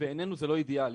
בעינינו זה לא אידיאלי.